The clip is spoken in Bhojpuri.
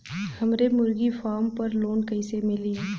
हमरे मुर्गी फार्म पर लोन कइसे मिली?